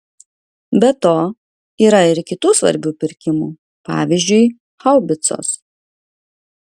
be to yra ir kitų svarbių pirkimų pavyzdžiui haubicos